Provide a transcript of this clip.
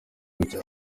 gutyo